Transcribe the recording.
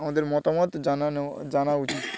আমাদের মতামত জানানো জানা উচিত